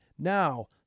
Now